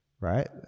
right